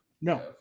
No